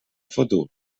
futur